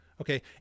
Okay